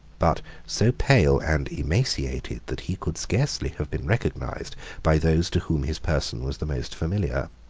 but so pale and emaciated, that he could scarcely have been recognized by those to whom his person was the most familiar.